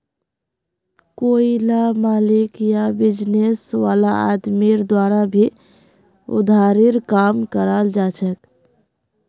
कोईला मालिक या बिजनेस वाला आदमीर द्वारा भी उधारीर काम कराल जाछेक